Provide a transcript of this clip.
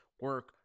Work